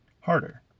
harder